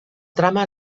trama